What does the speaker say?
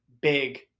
big